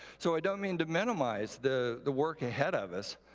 so i don't mean to minimize the the work ahead of us,